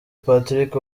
patrick